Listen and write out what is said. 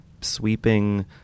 sweeping